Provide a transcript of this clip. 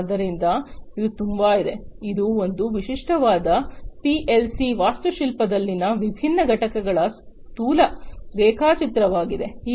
ಆದ್ದರಿಂದ ಇದು ತುಂಬಾ ಇದೆ ಇದು ಒಂದು ವಿಶಿಷ್ಟವಾದ ಪಿಎಲ್ಸಿಯ ವಾಸ್ತುಶಿಲ್ಪದಲ್ಲಿನ ವಿಭಿನ್ನ ಘಟಕಗಳ ಸ್ಥೂಲ ರೇಖಾಚಿತ್ರವಾಗಿದೆ